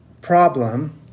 problem